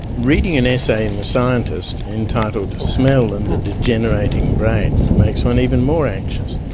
reading an essay in the scientist entitled smell and the degenerating brain makes one even more anxious.